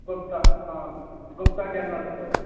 गुप्ता हां Gupta general store